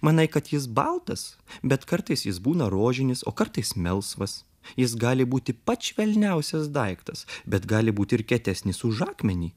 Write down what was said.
manai kad jis baltas bet kartais jis būna rožinis o kartais melsvas jis gali būti pats švelniausias daiktas bet gali būt ir kietesnis už akmenį